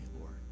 Lord